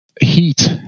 Heat